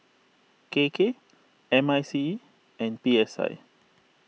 K K M I C E and P S I